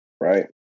right